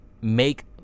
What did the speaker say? make